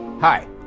Hi